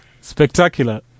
Spectacular